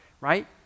right